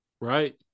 right